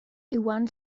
iwan